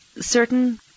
certain